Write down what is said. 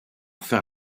faire